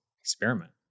experiment